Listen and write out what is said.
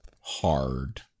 hard